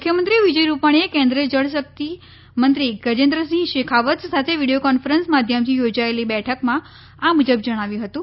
મુખ્યમંત્રી વિજય રૂપાણીએ કેન્દ્રીય જળશક્તિ મંત્રી ગજેન્દ્રસિંહ શેખાવત સાથે વીડિયો કોન્ફરન્સ માધ્યમથી યોજાયેલી બેઠકમાં આ મુજબ જણાવ્યું હતું